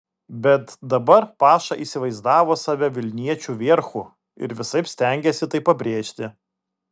bet dabar paša įsivaizdavo save vilniečių vierchu ir visaip stengėsi tai pabrėžti